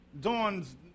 Dawn's